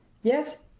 yes,